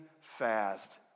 fast